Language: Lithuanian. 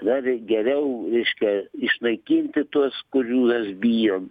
dar geriau reiškia išnaikinti tuos kurių mes bijom